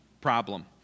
problem